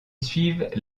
suivent